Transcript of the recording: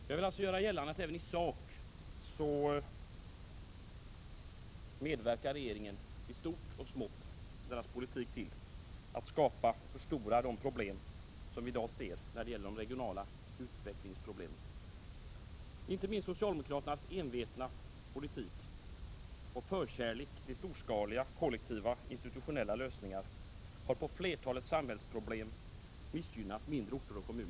Jag vill alltså göra gällande att regeringens politik även i sak medverkar till att skapa och förstora de problem som vi i dag ser när det gäller de regionala utvecklingssvårigheterna. Inte minst socialdemokraternas envetna politik och förkärlek för storskaliga kollektiva och institutionella lösningar har på flertalet samhällsområden missgynnat mindre orter och kommuner.